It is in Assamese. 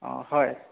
অঁ হয়